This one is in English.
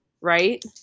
right